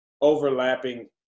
overlapping